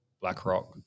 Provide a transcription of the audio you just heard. BlackRock